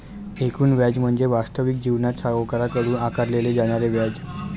एकूण व्याज म्हणजे वास्तविक जीवनात सावकाराकडून आकारले जाणारे व्याज